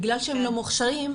בגלל שהם לא מוכשרים,